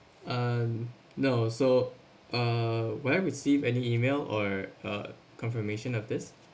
um no so uh will I receive any email or a confirmation of this